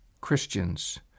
Christians